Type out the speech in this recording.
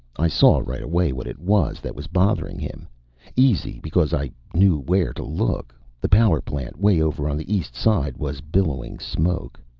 i saw right away what it was that was bothering him easy, because i knew where to look. the power plant way over on the east side was billowing smoke.